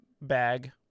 bag